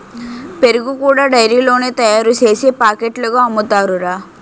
పెరుగు కూడా డైరీలోనే తయారుసేసి పాకెట్లుగా అమ్ముతారురా